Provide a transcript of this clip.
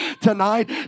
tonight